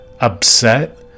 upset